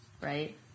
Right